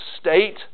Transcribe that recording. state